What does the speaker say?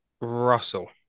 Russell